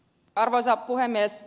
arvoisa puhemies